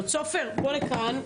צוהריים טובים לכולם.